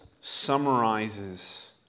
summarizes